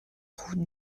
route